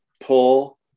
pull